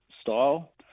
style